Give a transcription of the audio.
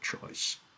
choice